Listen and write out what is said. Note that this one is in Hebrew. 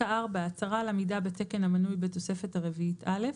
הצהרה על עמיד בתקן המנוי בתוספת הרביעית א'.